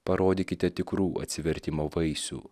parodykite tikrų atsivertimo vaisių